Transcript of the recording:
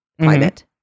climate